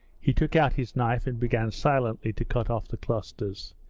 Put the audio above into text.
he took out his knife and began silently to cut off the clusters.